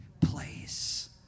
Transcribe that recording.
place